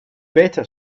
better